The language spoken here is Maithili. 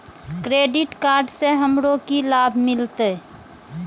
क्रेडिट कार्ड से हमरो की लाभ मिलते?